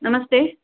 नमस्ते